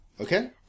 Okay